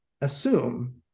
assume